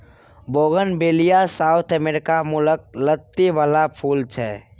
bougainvillea south America मुलक लत्ती बला फुल छै